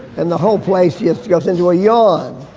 and the whole place just goes into a yawn.